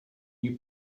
you